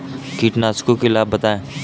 कीटनाशकों के लाभ बताएँ?